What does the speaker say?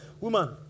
Woman